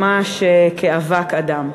ממש כאבק אדם.